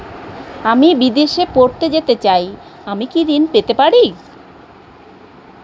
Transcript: আমি বিদেশে পড়তে যেতে চাই আমি কি ঋণ পেতে পারি?